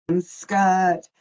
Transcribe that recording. skirt